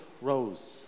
rose